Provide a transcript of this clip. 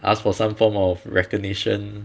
ask for some form of recognition